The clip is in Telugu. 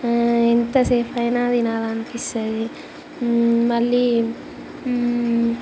ఎంతసేపయినా తినాలనిపిస్తుంది మళ్ళీ